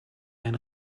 ein